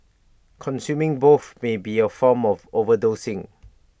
consuming both may be A form of overdosing